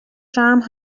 جمع